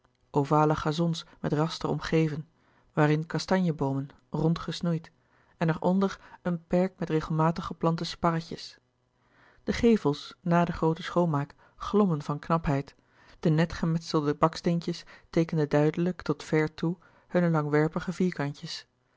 ovale gazons met raster omgeven waarin kastanje boomen rond gesnoeid en er onder een perk met regelmatig geplante sparretjes de gevels na de groote schoonmaak glommen van knapheid de net gemetselde baksteentjes teekenden duidelijk tot ver toe hunne langwerpige vierkantjes